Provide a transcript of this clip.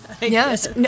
Yes